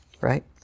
Right